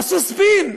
עשו ספין.